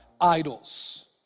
idols